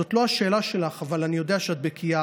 זאת לא השאלה שלך אבל אני יודע שאת בקיאה.